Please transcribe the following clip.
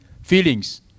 feelings